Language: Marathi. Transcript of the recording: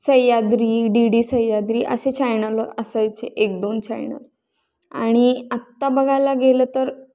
सह्याद्री डी डी सह्याद्री असे चायनल असायचे एक दोन चायनल आणि आता बघायला गेलं तर